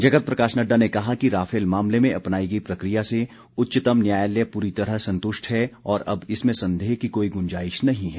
जगत प्रकाश नड्डा ने कहा कि राफेल मामले में अपनाई गई प्रक्रिया से उच्चतम न्यायालय पूरी तरह संतुष्ट है और अब इसमें संदेह की कोई गुंजाइश नही है